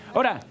Ahora